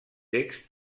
text